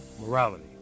Morality